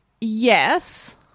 Yes